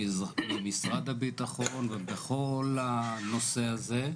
ממשרד הביטחון ובכל הנושא הזה.